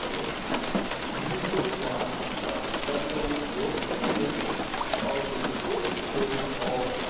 yeah and you can watch a special world premiere of the short film called,